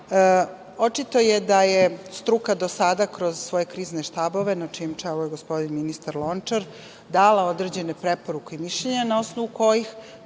je da je struka do sada kroz svoje krizne štabove, na čijem čelu je gospodin ministar Lončar, dala određene preporuke i mišljenja, na osnovu kojih